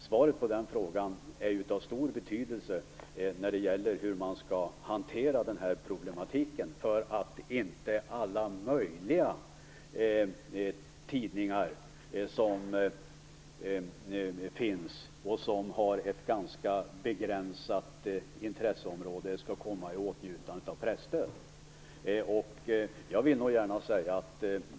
Svaret på den frågan är av stor betydelse för hur man skall hantera den här problematiken för att inte alla möjliga tidningar som finns och som har ett ganska begränsat intresseområde skall komma i åtnjutande av presstöd.